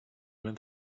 went